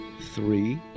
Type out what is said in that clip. three